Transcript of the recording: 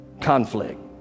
conflict